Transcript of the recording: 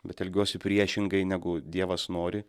bet elgiuosi priešingai negu dievas nori